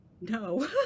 No